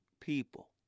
people